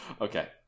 Okay